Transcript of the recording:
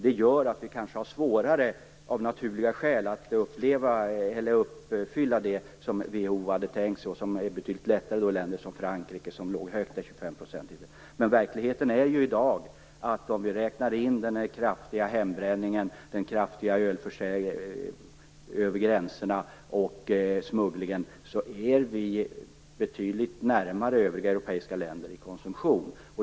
Det gör att vi kanske har svårare, av naturliga skäl, att uppfylla det som WHO hade tänkt sig, medan det är betydligt lättare för högkonsumtionsländer som Frankrike. Verkligheten i dag är dock att om vi räknar in den kraftiga hembränningen, den kraftiga ölförsäljningen över gränserna och smugglingen är vi betydligt närmare övriga europeiska länder i konsumtion.